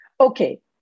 Okay